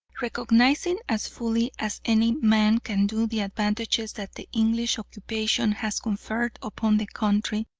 recognising as fully as any man can do the advantages that the english occupation has conferred upon the country,